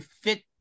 fit